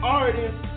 artists